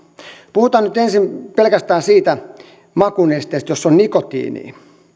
puhutaan nyt ensin pelkästään siitä makunesteestä jossa on nikotiinia